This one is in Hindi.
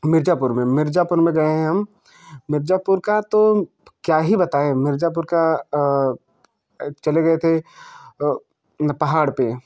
मिर्ज़ापुर में मिर्ज़ापुर में गएँ हैं हम मिर्ज़ापुर का तो क्या ही बताएँ मिर्ज़ापुर का चले गए थे पहाड़ पर